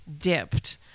dipped